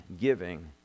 giving